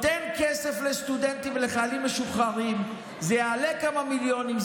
מתן כסף לסטודנטים ולחיילים משוחררים יעלה כמה מיליונים,